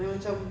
dia macam